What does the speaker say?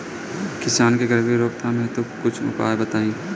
किसान के गरीबी रोकथाम हेतु कुछ उपाय बताई?